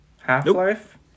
Half-Life